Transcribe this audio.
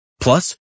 Plus